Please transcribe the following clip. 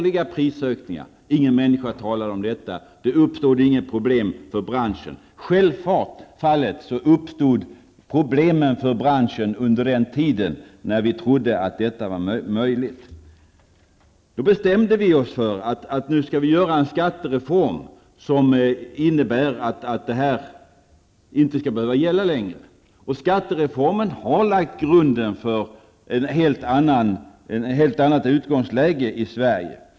Ingen människa talade om det, och det uppstod inga problem för branschen. Självfallet uppstod problemen för branschen under den tiden när vi trodde att detta var möjligt. Då bestämde vi oss i folkpartiet för att genomföra en skattereform som innebar att dessa förhållanden inte skulle behöva gälla längre. Skattereformen har lagt grunden för ett helt annat utgångsläge i Sverige.